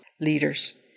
leaders